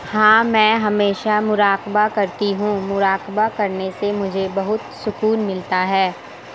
ہاں میں ہمیشہ مراقبہ کرتی ہوں مراقبہ کرنے سے مجھے بہت سکون ملتا ہے